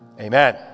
Amen